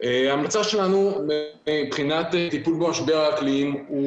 ההמלצה שלנו מבחינת טיפול במשבר האקלים היא